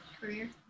Career